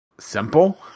Simple